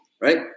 Right